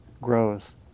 grows